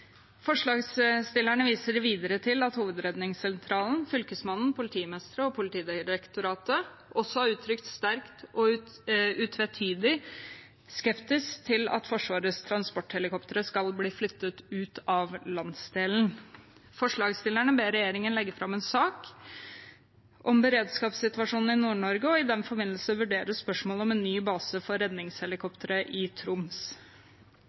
Forslagsstillerne viser videre til at Hovedredningssentralen, Fylkesmannen, politimestre og Politidirektoratet også har uttrykt sterk og utvetydig skepsis til at Forsvarets transporthelikoptre skal bli flyttet ut av landsdelen. Forslagsstillerne ber regjeringen legge fram en sak om beredskapssituasjonen i Nord-Norge og i den forbindelse vurdere spørsmålet om en ny base for redningshelikoptre i Troms.